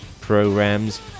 programs